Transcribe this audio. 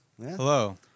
Hello